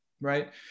right